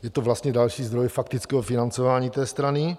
Je to vlastně další zdroj faktického financování té strany.